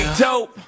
dope